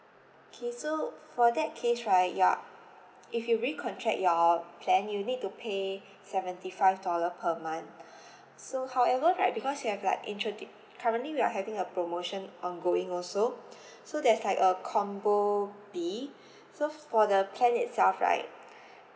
okay so for that case right you're if you recontract your plan you'll need to pay seventy five dollar per month so however right because we have like introdic~ currently we are having a promotion ongoing also so there's like a combo B so for the plan itself right